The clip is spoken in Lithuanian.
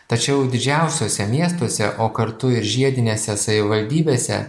tačiau didžiausiuose miestuose o kartu ir žiedinėse savivaldybėse